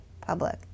public